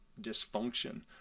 dysfunction